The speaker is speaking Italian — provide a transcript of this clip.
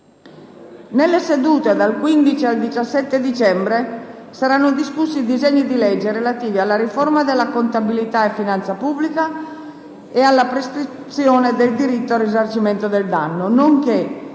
Nelle sedute dal 15 al 17 dicembre saranno discussi i disegni di legge relativi alla riforma della contabilità e finanza pubblica e alla prescrizione del diritto al risarcimento del danno, nonché